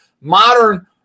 Modern